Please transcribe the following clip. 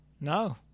No